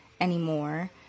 anymore